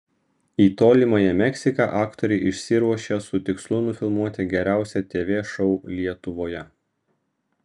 į tolimąją meksiką aktoriai išsiruošė su tikslu nufilmuoti geriausią tv šou lietuvoje